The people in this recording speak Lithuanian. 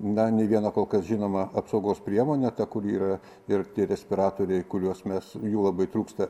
na nei viena kol kas žinoma apsaugos priemonė ta kuri yra ir tie respiratoriai kuriuos mes jų labai trūksta